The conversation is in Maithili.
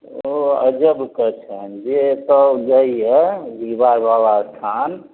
ओ अजबके छनि जे एतऽ जइयौ डीहबार बाबा स्थान